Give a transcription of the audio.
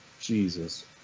Jesus